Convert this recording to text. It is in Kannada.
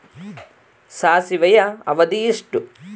ಸಾಸಿವೆಯ ಅವಧಿ ಎಷ್ಟು?